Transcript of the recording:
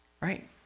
Right